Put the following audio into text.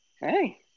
Hey